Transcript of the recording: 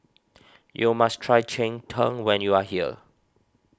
you must try Cheng Tng when you are here